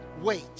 Wait